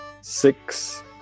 six